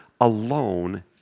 alone